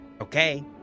Okay